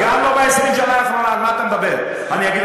אני הייתי